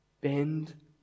bend